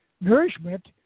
nourishment